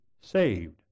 saved